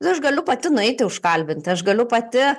aš galiu pati nueiti užkalbinti aš galiu pati